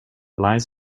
lies